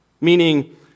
Meaning